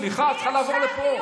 סליחה, את צריכה לעבור לפה.